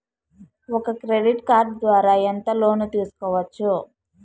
ఒక credit card ద్వారా ఎంత లోను తీసుకోవచ్చు?